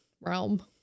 realm